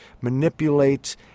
manipulate